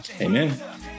Amen